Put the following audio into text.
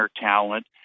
talent